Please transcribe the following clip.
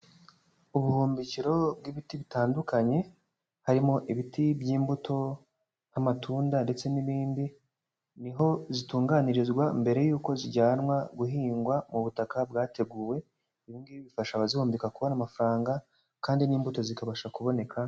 Ubuhombikiro bw'ibiti bitandukanye, harimo ibiti by'imbuto nk'amatunda ndetse n'ibindi. Ni ho zitunganirizwa mbere y'uko zijyanwa guhingwa mu butaka bwateguwe. Ibi ngibi bifasha abazihombeka kubona amafaranga, kandi n'imbuto zikabasha kuboneka.